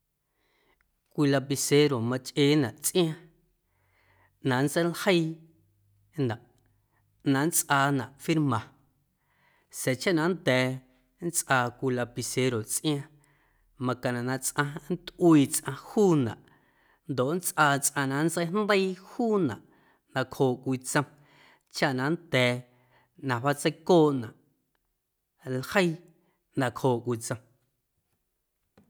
Cwii lapicero machꞌeenaꞌ tsꞌiaaⁿ na nntseiljeii nnaꞌ, na nntsꞌaanaꞌ firma sa̱a̱ chaꞌ na nnda̱a̱ nntsꞌaa cwii lapicero tsꞌiaaⁿ macaⁿnaꞌ na tsꞌaⁿ nntꞌuii tsꞌaⁿ juunaꞌ ndoꞌ nntsꞌaa tsꞌaⁿ na nntseijndeii juunaꞌ nacjooꞌ cwii tsom chaꞌ na nnda̱a̱ na wjaatseicooꞌnaꞌ ljeii nacjooꞌ cwii tsom.